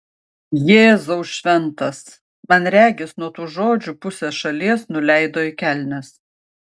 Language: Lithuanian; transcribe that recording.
jėzau šventas man regis nuo tų žodžių pusė šalies nuleido į kelnes